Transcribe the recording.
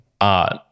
art